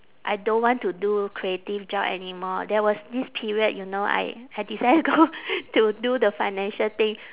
I don't want to do creative job anymore there was this period you know I I decided go to do the financial thing